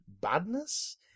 Badness